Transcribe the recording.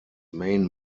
main